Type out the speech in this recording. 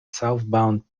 southbound